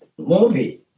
movie